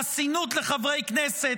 חסינות לחברי כנסת,